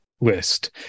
List